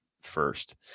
first